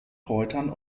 kräutern